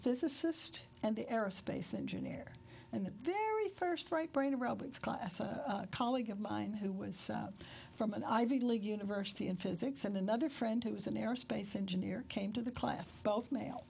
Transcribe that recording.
physicist and the aerospace engineer and the very first right brain aerobics class a colleague of mine who was from an ivy league university in physics and another friend who was an aerospace engineer came to the class both male